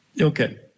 Okay